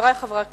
חברי חברי הכנסת,